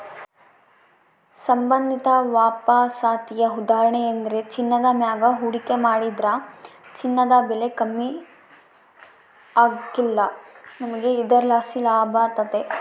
ಸಂಬಂಧಿತ ವಾಪಸಾತಿಯ ಉದಾಹರಣೆಯೆಂದ್ರ ಚಿನ್ನದ ಮ್ಯಾಗ ಹೂಡಿಕೆ ಮಾಡಿದ್ರ ಚಿನ್ನದ ಬೆಲೆ ಕಮ್ಮಿ ಆಗ್ಕಲ್ಲ, ನಮಿಗೆ ಇದರ್ಲಾಸಿ ಲಾಭತತೆ